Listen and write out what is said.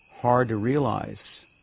hard-to-realize